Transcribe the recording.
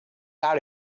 out